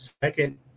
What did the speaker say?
Second